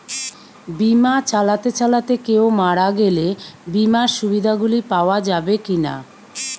বিমা চালাতে চালাতে কেও মারা গেলে বিমার সুবিধা গুলি পাওয়া যাবে কি না?